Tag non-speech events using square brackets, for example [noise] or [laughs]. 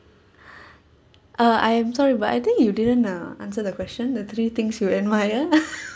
[breath] uh I'm sorry but I think you didn't uh answer the question the three things you admire [laughs]